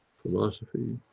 philosophy,